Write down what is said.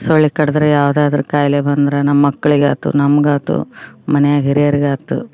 ಸೊಳ್ಳೆ ಕಡಿದ್ರೆ ಯಾವ್ದಾದ್ರು ಕಾಯಿಲೆ ಬಂದ್ರೆ ನಮ್ಮ ಮಕ್ಳಿಗೆ ಆಯ್ತು ನಮ್ಗೆ ಆಯ್ತು ಮನ್ಯಾಗ ಹಿರಿಯರ್ಗೆ ಆಯ್ತು